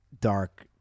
dark